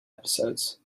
episodes